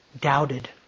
doubted